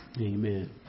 Amen